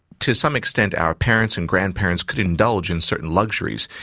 to some extent our parents and grandparents could indulge in certain luxuries,